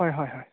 হয় হয় হয়